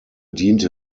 diente